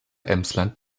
emsland